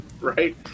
Right